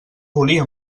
volia